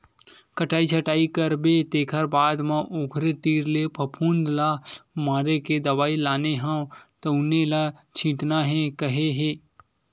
कटई छटई करबे तेखर बाद म ओखरे तीर ले फफुंद ल मारे के दवई लाने हव तउने ल छितना हे केहे हे